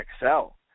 excel